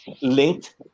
linked